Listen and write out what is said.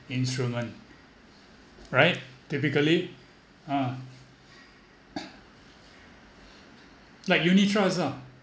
instrument right typically uh like unit trust ah